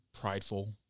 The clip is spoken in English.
prideful